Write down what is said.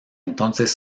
entonces